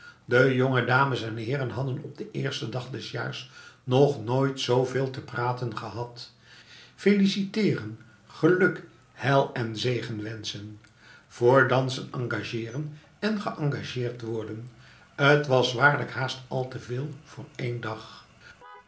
de jonge dames en heeren hadden op den eersten dag des jaars nog nooit zooveel te praten gehad feliciteeren geluk heil en zegen wenschen voor dansen engageeren en geëngageerd worden t was waarlijk haast al te veel voor één dag